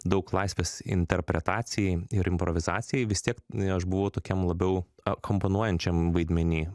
daug laisvės interpretacijai ir improvizacijai vis tiek aš buvau tokiam labiau akompanuojančiam vaidmeny